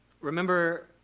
Remember